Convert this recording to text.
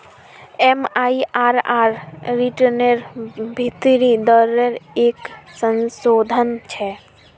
MIRR रिटर्नेर भीतरी दरेर एक संशोधन छे